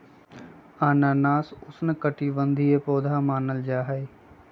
अनानास उष्णकटिबंधीय पौधा मानल जाहई